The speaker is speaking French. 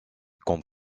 comme